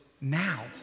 now